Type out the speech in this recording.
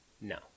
No